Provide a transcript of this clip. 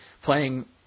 Playing